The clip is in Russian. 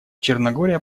черногория